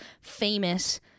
famous